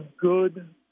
good